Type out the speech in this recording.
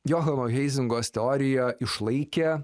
johano heizingos teorija išlaikė